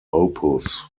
opus